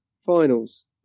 finals